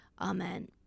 Amen